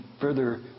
further